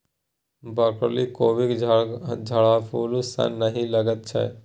broccoli कोबीक झड़फूल सन नहि लगैत छै